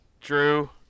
Drew